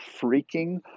freaking